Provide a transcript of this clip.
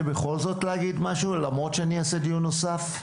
בכל זאת להגיד משהו למרות שאני אעשה דיון נוסף?